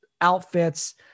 outfits